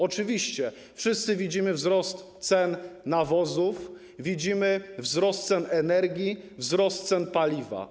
Oczywiście wszyscy widzimy wzrost cen nawozów, widzimy wzrost cen energii, wzrost cen paliwa.